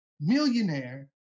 millionaire